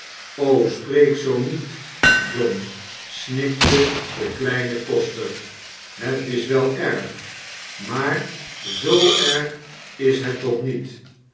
spreek zoo niet john snikte de kleine koster het is wel erg maar zoo erg is het toch niet